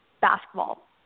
basketball